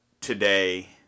today